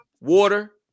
water